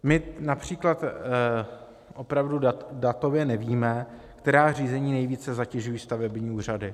My například opravdu datově nevíme, která řízení nejvíce zatěžují stavební úřady.